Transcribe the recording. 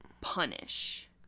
punish